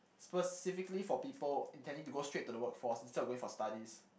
specifically for people intending to go straight to the workforce instead of going for studies